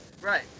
Right